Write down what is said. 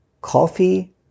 coffee